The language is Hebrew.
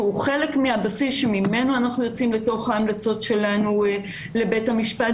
שהוא חלק מהבסיס ממנו אנחנו יוצאים לתוך ההמלצות שלנו לבית המשפט.